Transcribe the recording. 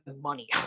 money